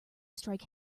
strike